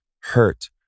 hurt